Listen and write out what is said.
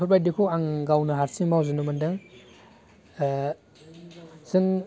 बेफोर बायदिखौ आं गावनो हारसिं मावजोबनो मोनदों जों